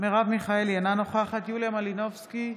מרב מיכאלי, אינה נוכחת יוליה מלינובסקי,